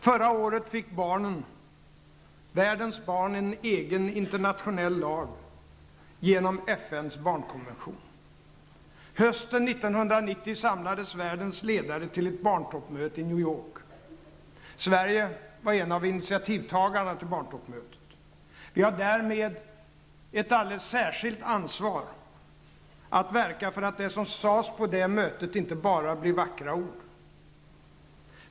Förra året fick världens barn en egen internationell lag genom FNs barnkonvention. Hösten 1990 samlades världens ledare till ett barntoppmöte i Sverige var en av initiativtagarna till barntoppmötet. Vi har därmed ett alldeles särskilt ansvar att verka för att det som sades på det mötet inte bara blir vackra ord.